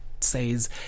says